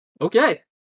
Okay